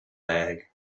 bag